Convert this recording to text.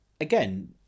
Again